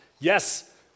Yes